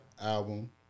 album